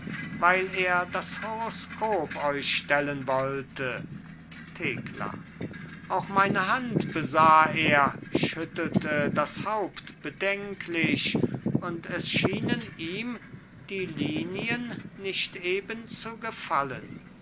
weil er das horoskop euch stellen wollte thekla auch meine hand besah er schüttelte das haupt bedenklich und es schienen ihm die linien nicht eben zu gefallen